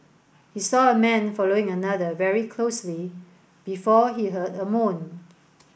he saw a man following another very closely before he heard a moan